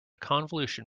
convolution